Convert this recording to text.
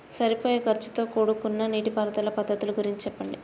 సరిపోయే ఖర్చుతో కూడుకున్న నీటిపారుదల పద్ధతుల గురించి చెప్పండి?